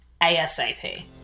ASAP